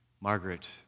Margaret